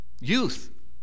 Youth